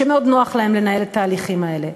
שמאוד נוח להן לנהל את ההליכים האלה.